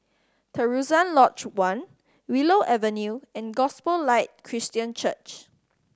Terusan Lodge One Willow Avenue and Gospel Light Christian Church